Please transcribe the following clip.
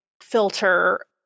filter